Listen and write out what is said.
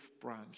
branch